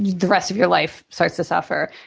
the rest of your life starts to suffer.